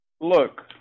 look